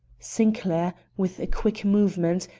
sinclair, with a quick movement,